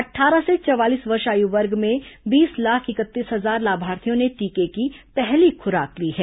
अट्ठारह से चवालीस वर्ष आयु वर्ग में बीस लाख इकतीस हजार लाभार्थियों ने टीके की पहली खुराक ली है